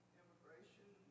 immigration